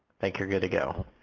think you're good to go.